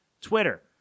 Twitter